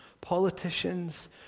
politicians